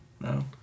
No